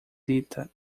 dita